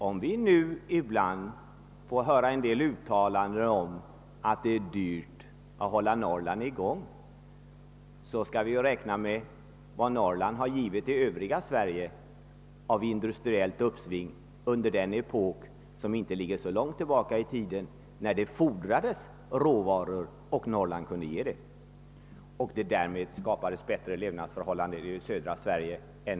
Om vi nu ibland får höra en del uttalanden om att det är dyrt att hålla Norrland i gång, bör vi komma ihåg vad Norrland givit det övriga Sverige av industriellt uppsving under en epok — inte så långt tillbaka i tiden — då det fordrades råvaror och Norrland kunde tillhandahålla dessa.